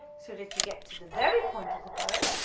so that you get to the very point of the bow,